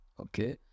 Okay